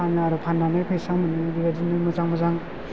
फानो आरो फाननानै फैसा मोनो बेबायदिनो मोजां मोजां